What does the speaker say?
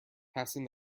passing